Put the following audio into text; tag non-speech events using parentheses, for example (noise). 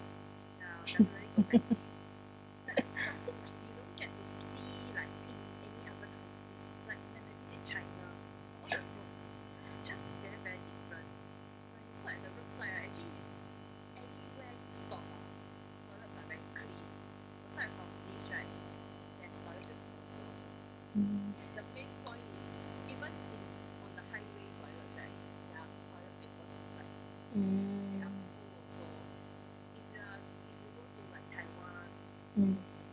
(laughs) mm mm mm